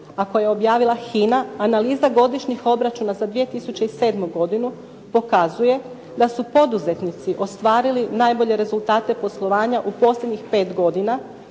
koje je objavila HINA analiza godišnjih obračuna za 2007. godinu pokazuje da su poduzetnici ostvarili najbolje rezultate poslovanja u posljednjih 5 godina,